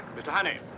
mr. honey,